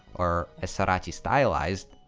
or as sorachi stylized,